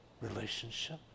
relationship